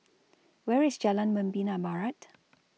Where IS Jalan Membina Barat